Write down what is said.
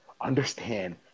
Understand